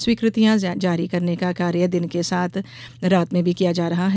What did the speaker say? स्वीकृतियाँ जारी करने का कार्य दिन के साथ रात में भी किया जा रहा है